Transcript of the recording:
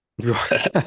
right